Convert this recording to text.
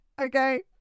okay